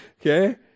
Okay